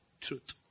truth